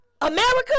America